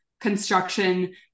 construction